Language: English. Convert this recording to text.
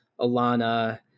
Alana